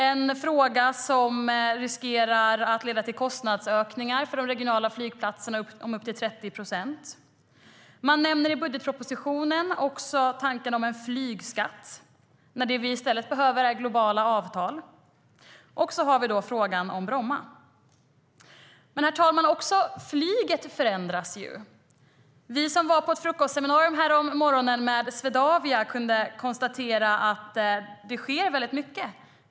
Det är något som riskerar att leda till kostnadsökningar på upp till 30 procent för de regionala flygplatserna. Och så har vi som sagt frågan om Bromma.Herr talman! Också flyget förändras. Vi som var på frukostseminariet med Swedavia kunde höra att det sker mycket.